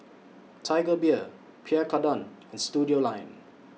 Tiger Beer Pierre Cardin and Studioline